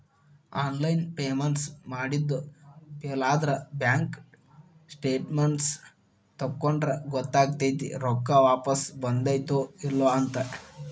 online payments ಮಾಡಿದ್ದು ಫೇಲಾದ್ರ bank statements ತಕ್ಕೊಂಡ್ರ ಗೊತ್ತಕೈತಿ ರೊಕ್ಕಾ ವಾಪಸ್ ಬಂದೈತ್ತೋ ಇಲ್ಲೋ ಅಂತ